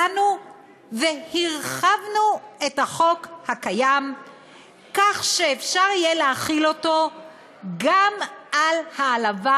באנו והרחבנו את החוק הקיים כך שאפשר יהיה להחיל אותו גם על העלבה,